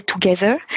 together